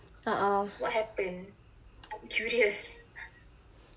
uh uh